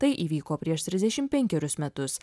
tai įvyko prieš trisdešimt penkerius metus